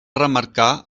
remarcar